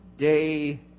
Day